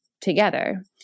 together